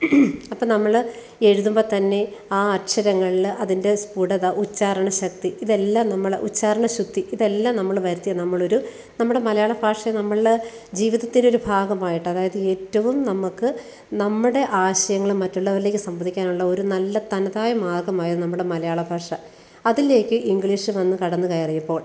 അപ്പോള് നമ്മള് എഴുതുമ്പോള്ത്തന്നെ ആ അക്ഷരങ്ങളില് അതിന്റെ സ്പുടത ഉച്ചാരണശക്തി ഇതെല്ലാം നമ്മള് ഉച്ചാരണശുദ്ധി ഇതെല്ലാം നമ്മള് വരുത്തിയ നമ്മളൊരു നമ്മളുടെ മലയാള ഭാഷയെ നമ്മള് ജീവിതത്തിന്റെയൊരു ഭാഗമായിട്ട് അതായത് ഏറ്റവും നമ്മള്ക്ക് നമ്മുടെ ആശയങ്ങള് മറ്റുള്ളവരിലേക്ക് സംവദിക്കാനുള്ള ഒരു നല്ല തനതായ മാർഗമായ നമ്മുടെ മലയാള ഭാഷ അതിലേക്ക് ഇംഗ്ലീഷ് വന്ന് കടന്നുകയറിയപ്പോൾ